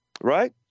Right